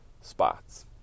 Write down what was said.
spots